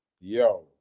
yo